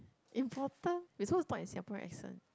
important wait so it's not in Singaporean accent